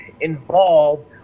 involved